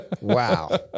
Wow